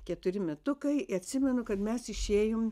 keturi metukai atsimenu kad mes išėjom